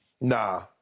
nah